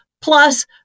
plus